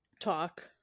talk